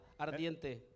ardiente